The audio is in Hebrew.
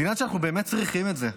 זה עניין שאנחנו באמת צריכים את זה,